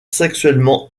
sexuellement